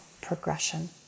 progression